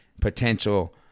potential